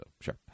sure